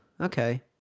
okay